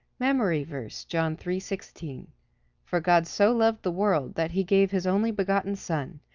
memory verse, john three sixteen for god so loved the world, that he gave his only begotten son,